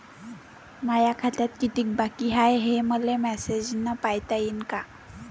माया खात्यात कितीक बाकी हाय, हे मले मेसेजन पायता येईन का?